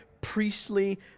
priestly